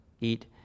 eat